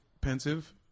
pensive